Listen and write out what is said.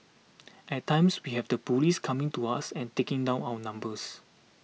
at times we have the police coming to us and taking down our numbers